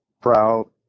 proud